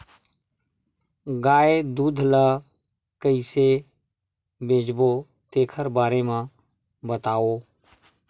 गाय दूध ल कइसे बेचबो तेखर बारे में बताओ?